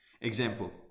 Example